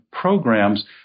programs